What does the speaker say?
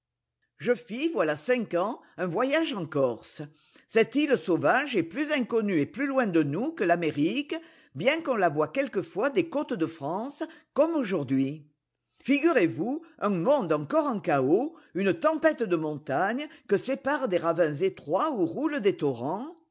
je fis voilà cinq ans un voyage en corse cette île sauvage est plus inconnue et plus loin de nous que l'amérique bien qu'on la voie quelquefois des côtes de france comme aujourd'hui figurez-vous un monde encore en chaos une tempête de montagnes que séparent des ravins étroits où roulent des torrents